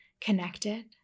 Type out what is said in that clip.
connected